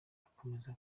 akomeza